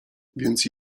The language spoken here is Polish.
więc